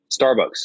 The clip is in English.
Starbucks